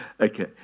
Okay